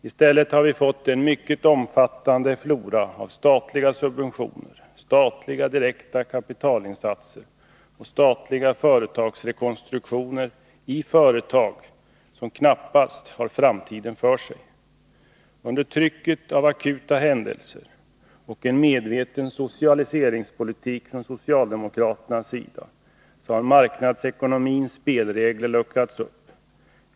I stället har vi fått en mycket omfattande flora av statliga subventioner, statliga direkta kapitalinsatser och statliga företagsrekonstruktioner i företag som knappast har framtiden för sig. Under trycket av akuta händelser och en medveten socialiseringspolitik från socialdemokraternas sida har marknadsekonomins spelregler luckrats upp.